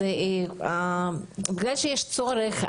אז בגלל שיש כזה צורך,